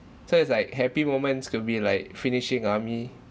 so it's like happy moments could be like finishing army